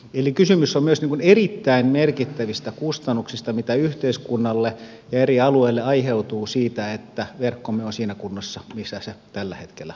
eli kysymys on myös erittäin merkittävistä kustannuksista mitä yhteiskunnalle ja eri alueille aiheutuu siitä että verkkomme on siinä kunnossa missä se tällä hetkellä on